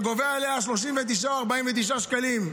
אתה גובה עליה 39 או 49 שקלים.